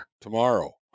tomorrow